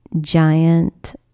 giant